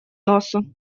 носу